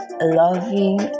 loving